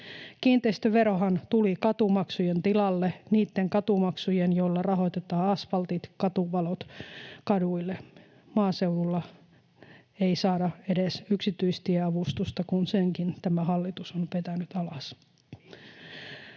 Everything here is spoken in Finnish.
Kiinteistöverohan tuli katumaksujen tilalle, niitten katumaksujen, joilla rahoitetaan asfaltit, katuvalot kaduille. Maaseudulla ei saada edes yksityistieavustusta, kun senkin tämä hallitus on vetänyt alas.